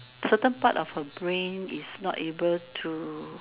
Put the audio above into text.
a certain part of her brain is not able to